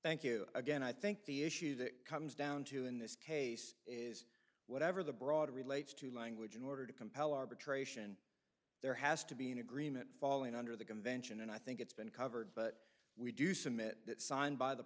thank you again i think the issue that comes down to in this case is whatever the broader relates to language in order to compel arbitration there has to be an agreement falling under the convention and i think it's been covered but we do submit that signed by the